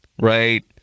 right